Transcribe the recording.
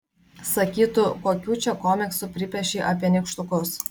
sakytų kokių čia komiksų pripiešei apie nykštukus